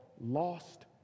lost